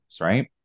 right